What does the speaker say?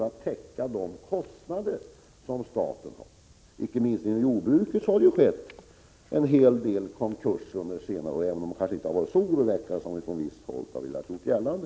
Inte minst inom jordbruket har det skett en del konkurser under senare år — även om de inte har varit så oroväckande som vissa har gjort gällande.